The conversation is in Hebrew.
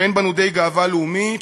שאין בנו די גאווה לאומית,